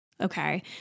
okay